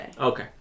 Okay